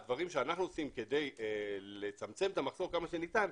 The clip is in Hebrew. הדברים שאנחנו עושים כדי לצמצם את המחסור כמה שניתן,